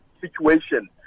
situation